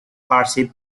percy